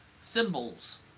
symbols